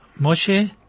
Moshe